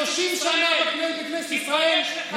על חשבון אזרחי ישראל.